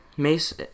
mace